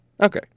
Okay